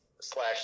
slash